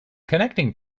connecting